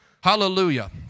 Hallelujah